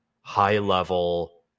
high-level